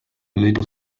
little